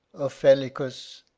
offellicus.